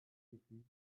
gefügig